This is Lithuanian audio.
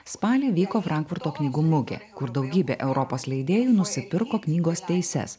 spalį vyko frankfurto knygų mugė kur daugybė europos leidėjų nusipirko knygos teises